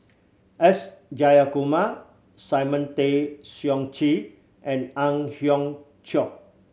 S Jayakumar Simon Tay Seong Chee and Ang Hiong Chiok